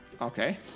Okay